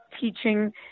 teaching